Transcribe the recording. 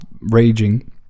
raging